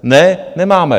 Ne, nemáme!